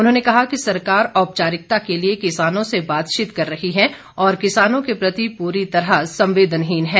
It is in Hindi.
उन्होंने कहा कि सरकार औपचारिकता के लिए किसानों से बातचीत कर रही है और किसानों के प्रति पूरी तरह संवेदनहीन है